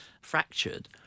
fractured